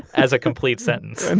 as a complete sentence and